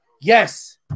Yes